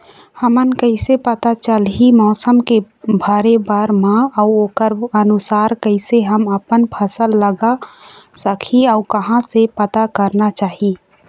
हमन कैसे पता चलही मौसम के भरे बर मा अउ ओकर अनुसार कैसे हम आपमन फसल लगा सकही अउ कहां से पता करना चाही?